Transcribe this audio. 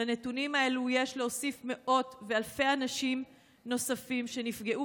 לנתונים האלה יש להוסיף מאות ואלפי אנשים נוספים שנפגעו